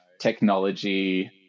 technology